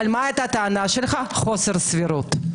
מה הייתה הטענה שלך חוסר סבירות.